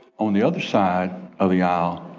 on the other side of the aisle,